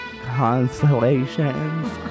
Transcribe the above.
constellations